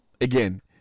again